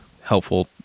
helpful